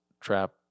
trap